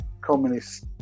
Communist